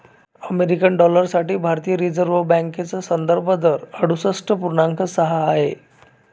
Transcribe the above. American dollar साठी भारतीय reserve बँकेचा संदर्भ दर अडुसष्ठ पूर्णांक सहा आहे